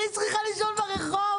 אני צריכה לישון ברחוב?